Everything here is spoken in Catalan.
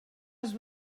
els